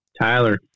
Tyler